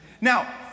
now